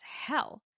hell